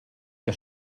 que